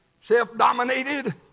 self-dominated